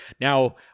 Now